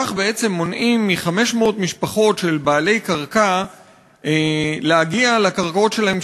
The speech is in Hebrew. כך בעצם מונעים מ-500 משפחות של בעלי קרקע להגיע לקרקעות שלהם,